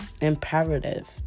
imperative